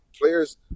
players